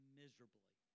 miserably